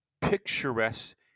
picturesque